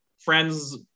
friends